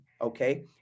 okay